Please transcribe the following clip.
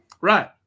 Right